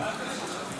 לא קריאה ראשונה,